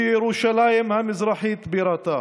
שירושלים המזרחית בירתה.